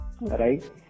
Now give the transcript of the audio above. right